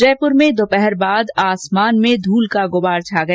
जयपुर में दोपहर बाद आसमान में धूल का का गुबार छा गया